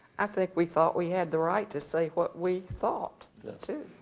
i think we thought we had the right to say what we thought too.